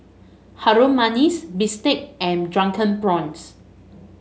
Harum Manis bistake and Drunken Prawns